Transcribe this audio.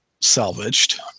salvaged